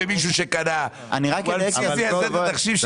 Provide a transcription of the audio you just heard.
תהיו רציניים,